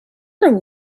your